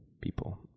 people